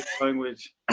language